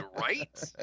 Right